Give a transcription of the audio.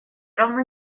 равно